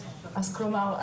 כלומר,